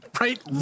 right